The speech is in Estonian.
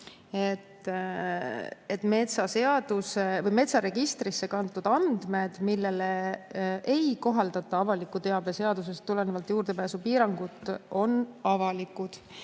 et metsaregistrisse kantud andmed, millele ei kohaldata avaliku teabe seadusest tulenevalt juurdepääsupiiranguid, on avalikud.